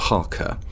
Parker